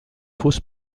fausse